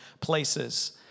places